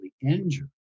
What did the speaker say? injured